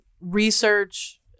research